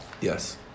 Yes